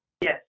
Yes